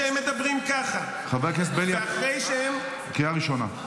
חבר הכנסת בליאק, קריאה ראשונה.